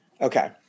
Okay